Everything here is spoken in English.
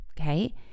Okay